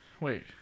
Wait